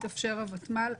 יתאפשר הוותמ"ל.